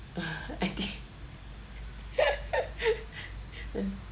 err I think